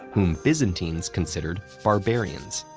whom byzantines considered barbarians.